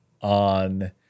on